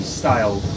style